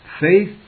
faith